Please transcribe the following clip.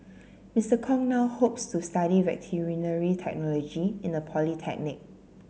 Mister Kong now hopes to study veterinary technology in a polytechnic